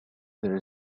there